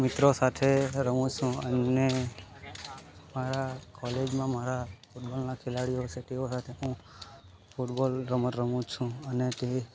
મિત્રો સાથે રમું છું અને મારા કોલેજમાં મારા ફૂટબોલના ખેલાડીઓ છે તેઓ સાથે હું રમું છું ફૂટબોલ રમત રમું છું અને તે